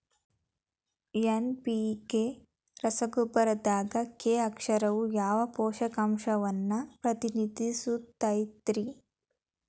NPK ರಸಗೊಬ್ಬರದಾಗ K ಅಕ್ಷರವು ಯಾವ ಪೋಷಕಾಂಶವನ್ನ ಪ್ರತಿನಿಧಿಸುತೈತ್ರಿ?